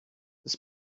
this